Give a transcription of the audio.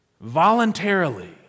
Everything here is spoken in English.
voluntarily